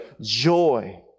joy